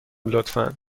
لطفا